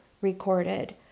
recorded